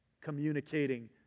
communicating